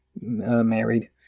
married